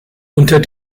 unter